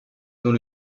dans